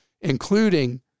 including